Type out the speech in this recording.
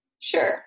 Sure